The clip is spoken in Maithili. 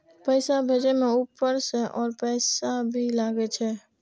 पैसा भेजे में ऊपर से और पैसा भी लगे छै?